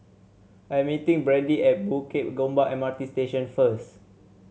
I'm meeting Brandy at Bukit Gombak M R T Station first